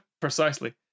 Precisely